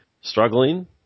struggling